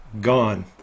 gone